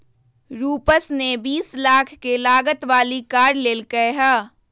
रूपश ने बीस लाख के लागत वाली कार लेल कय है